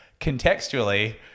contextually